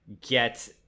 get